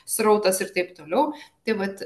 srautas ir taip toliau tai vat